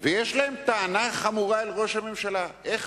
ויש להם טענה חמורה לראש הממשלה: איך